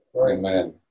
Amen